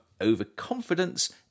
overconfidence